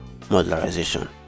modularization